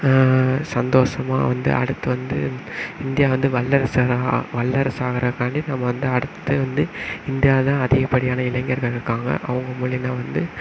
சந்தோஷமாக வந்து அடுத்து வந்து இந்தியா வந்து வல்லரசாக வல்லரசாகறதுக்காண்டி நம்ம வந்து அடுத்து வந்து இந்தியாவில் தான் அதிகப்படியான இளைஞர்கள் இருக்காங்க அவங்க மூலயமா வந்து